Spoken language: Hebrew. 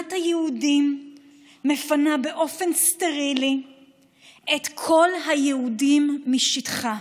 מדינת היהודים מפנה באופן סטרילי את כל היהודים משטחה.